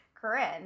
Corinne